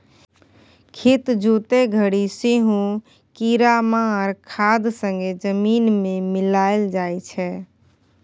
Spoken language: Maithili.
खेत जोतय घरी सेहो कीरामार खाद संगे जमीन मे मिलाएल जाइ छै